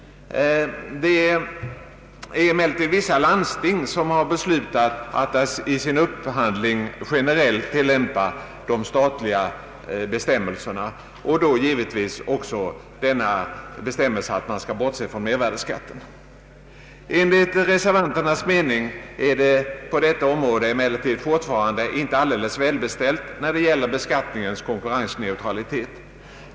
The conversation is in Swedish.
Vissa landsting har dock beslutat att i sin upphandling generellt tillämpa de statliga bestämmelserna, givetvis då också bestämmelsen om att bortse från mervärdeskatten. Enligt reservanternas mening är det på detta område fortfarande inte alldeles välbeställt när det gäller beskattningens konkurrensneutralitet.